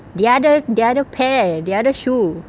the other the other pair the other shoe